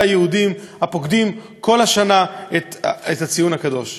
היהודים הפוקדים כל השנה את הציון הקדוש.